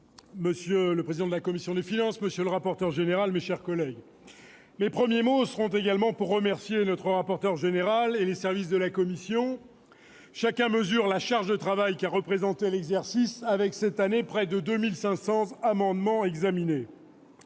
monsieur le président de la commission des finances, monsieur le rapporteur général, mes chers collègues, mes premiers mots seront pour remercier notre rapporteur général et les services de la commission des finances. Chacun mesure la charge de travail qu'a représentée l'exercice avec près de 2 500 amendements examinés